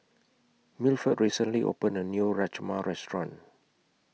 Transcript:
Milford recently opened A New Rajma Restaurant